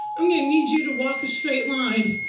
i'm gonna need you to walk a straight line.